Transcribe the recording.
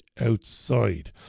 outside